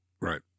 Right